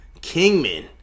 Kingman